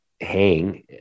hang